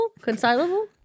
Concilable